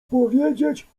powiedzieć